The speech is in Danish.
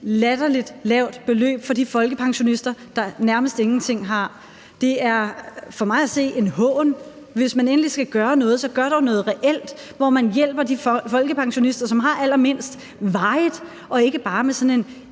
latterligt lavt beløb for de folkepensionister, der nærmest ingenting har. Det er for mig at se en hån. Hvis man endelig skal gøre noget, så gør dog noget reelt og hjælp de folkepensionister, som har allermindst, varigt og ikke bare med sådan en